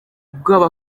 ubwoba